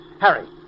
Harry